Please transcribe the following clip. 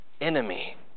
enemy